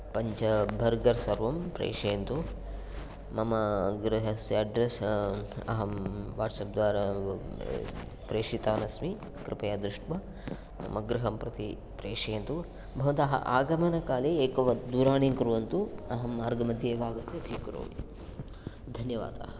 पञ्च बर्गर् सर्वं प्रेषयन्तु मम गृहस्य अड्रेस् अहं वाट्सप् द्वारा प्रेषितवानस्मि कृपया दृष्ट्वा मम गृहं प्रति प्रेषयन्तु भवन्तः आगमनकाले एकवत् दूराणिं कुर्वन्तु अहं मार्गमद्ये एव आगत्य स्वीकरोमि धन्यवादाः